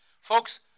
Folks